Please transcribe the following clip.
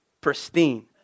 Pristine